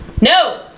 no